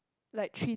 like three